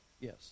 Yes